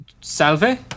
salve